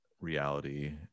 reality